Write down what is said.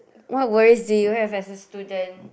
what worries do you have as a student